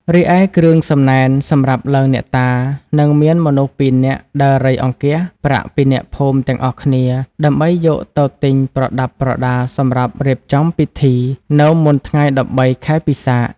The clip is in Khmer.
រីឯគ្រឿងសំណែនសម្រាប់ឡើងអ្នកតារនិងមានមនុស្សពីរនាក់ដើររៃអង្គាសប្រាក់ពីអ្នកភូមិទាំងអស់គ្នា ដើម្បីយកទៅទិញ ប្រដាប់ប្រដា សម្រាប់រៀបចំពិធី នៅមុនថ្ងៃ១៣ ខែពិសាខ។